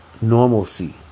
normalcy